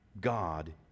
God